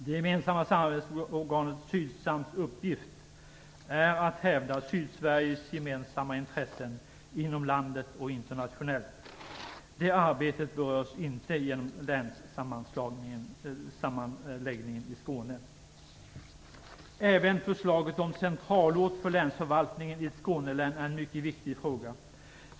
Det gemensamma samarbetsorganet Sydsams uppgift är att hävda Sydsveriges gemensamma intressen inom landet och internationellt. Det arbetet berörs inte genom länssammanläggningen i Skåne. Även förslaget om centralort för länsförvaltningen i ett Skånelän är en mycket viktig fråga.